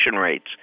rates